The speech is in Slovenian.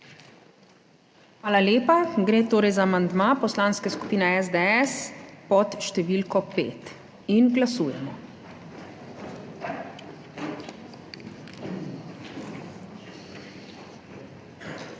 Hvala lepa. Gre torej za amandma Poslanske skupine SDS pod številko 5. Glasujemo.